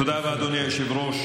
תודה רבה, אדוני היושב-ראש.